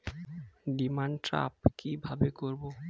Demand draft কীভাবে করব?